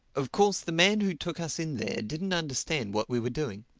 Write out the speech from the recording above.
of course the man who took us in there didn't understand what we were doing.